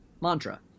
mantra